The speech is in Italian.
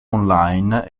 online